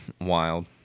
Wild